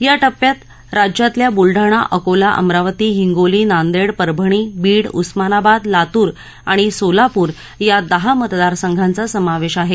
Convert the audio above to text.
या टप्प्यात राज्यातल्या बुलडाणा अकोला अमरावती हिंगोली नांदेड परभणी बीड उस्मानाबाद लातूर आणि सोलापूर या दहा मतदार संघांचा समावेश आहे